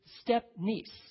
step-niece